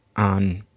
on